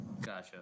Gotcha